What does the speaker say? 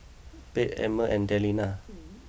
Pate Emmer and Dellia